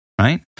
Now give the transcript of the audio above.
right